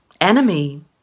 enemy